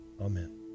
Amen